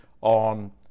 on